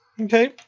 Okay